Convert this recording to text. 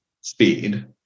speed